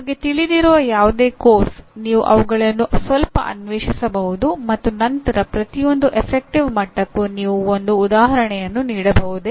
ನಿಮಗೆ ತಿಳಿದಿರುವ ಯಾವುದೇ ಪಠ್ಯಕ್ರಮ ನೀವು ಅವುಗಳನ್ನು ಸ್ವಲ್ಪ ಅನ್ವೇಷಿಸಬಹುದು ಮತ್ತು ನಂತರ ಪ್ರತಿಯೊಂದು ಗಣನ ಮಟ್ಟಕ್ಕೂ ನೀವು ಒಂದು ಉದಾಹರಣೆಯನ್ನು ನೀಡಬಹುದೇ